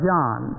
John